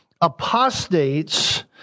apostates